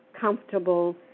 comfortable